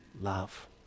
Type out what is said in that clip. love